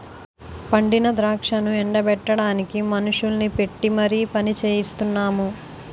పండిన ద్రాక్షను ఎండ బెట్టడానికి మనుషుల్ని పెట్టీ మరి పనిచెయిస్తున్నాము